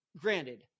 granted